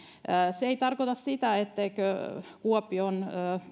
se ei tarkoita sitä etteikö kuopion